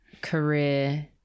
career